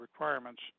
requirements